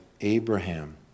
Abraham